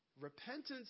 Repentance